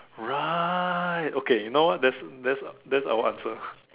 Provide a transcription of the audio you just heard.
right okay you know what that's that's that's our answer